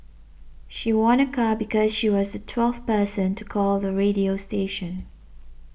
she won a car because she was the twelfth person to call the radio station